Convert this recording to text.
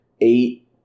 eight